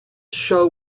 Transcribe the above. show